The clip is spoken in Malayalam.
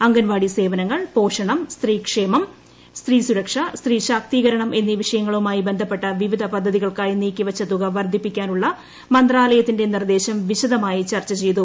അംഗൻവാടി സേവനങ്ങൾ പോഷ്ണം സ്ത്രീ ക്ഷേമം സ്ത്രീ സുരക്ഷ സ്ത്രീ ശാക്തീകരണം എന്നീ വിഷയ്ക്ങളുമായി ബന്ധപ്പെട്ട വിവിധ പദ്ധ തികൾക്കായി നീക്കിവച്ച തിരുക് വർദ്ധിപ്പിക്കാനുള്ള മന്ത്രാലയത്തിന്റെ നിർദ്ദേശം വിശദമായി ചർച്ച ചെയ്തു